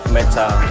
Metal